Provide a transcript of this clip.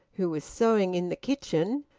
who was sewing in the kitchen,